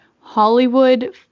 Hollywood